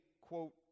quote